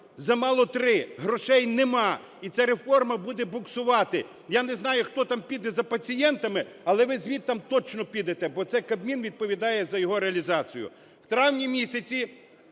Замало три, грошей нема. І ця реформа буде буксувати. Я не знаю, хто там піде за пацієнтами, але ви звідти точно підете, бо це Кабмін відповідає за його реалізацію. В травні місяці